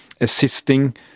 assisting